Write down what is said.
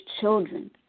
children